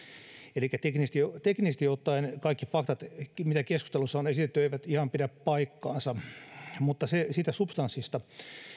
elikkä teknisesti ottaen kaikki faktat mitä keskustelussa on esitetty eivät ihan pidä paikkaansa mutta se siitä substanssista